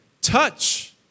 touch